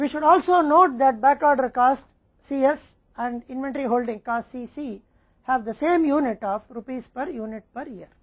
हमें यह भी ध्यान रखना चाहिए कि बैकऑर्डर लागत Cs और इन्वेंट्री होल्डिंग कॉस्ट Cc की प्रति वर्ष प्रति यूनिट रुपये की समान इकाई है